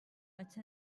vaig